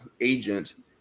agent